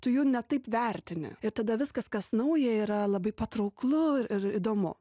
tu jų ne taip vertini ir tada viskas kas nauja yra labai patrauklu ir įdomu